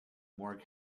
more